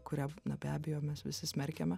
kurią na be abejo mes visi smerkiame